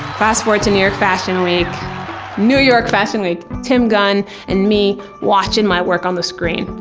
fast forward to new york fashion week new york fashion week! tim gunn and me, watching my work on the screen.